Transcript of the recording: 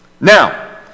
Now